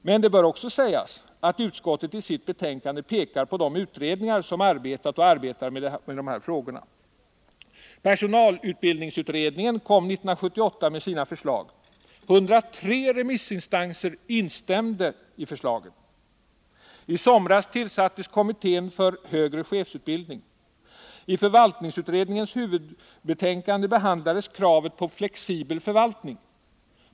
Men det bör också sägas att utskottet i sitt betänkande pekar på de utredningar som arbetat och arbetar med dessa frågor. Personalutbildningsutredningen kom 1978 med sina förslag. 103 remissinstanser instämde i huvudsak i förslagen. I somras tillsattes kommittén för högre chefsutbildning. I förvaltningsutredningens huvudbetänkande behandlades kravet på flexibel förvaltning.